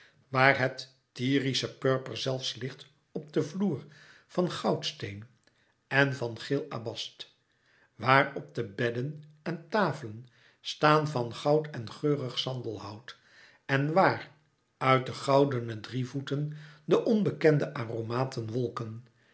waar het tyrische purper zelfs ligt op den vloer van goudsteen en van geel albast waar op de bedden en tafelen staan van goud en geurig sandelhout en waar uit de goudene drievoeten de onbekende aromaten wolken